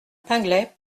pinglet